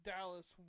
Dallas